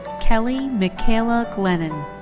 kelly michaela glennon.